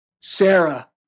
Sarah